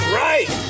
right